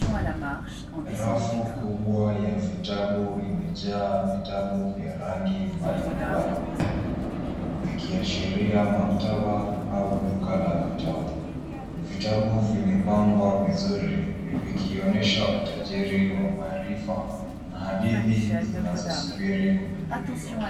Rafu kubwa ya vitabu imejaa vitabu vya rangi mbalimbali vikiashiria maktaba au duka la vitabu. Vitabu vimepangwa vizuri vikionyesha utajiri wa maarifa na hadithi zinazosubiri kugunduliwa.